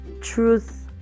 truth